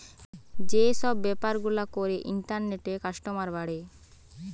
যে সব বেপার গুলা ইন্টারনেটে করে কাস্টমার বাড়ে